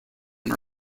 and